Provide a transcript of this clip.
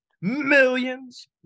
Millions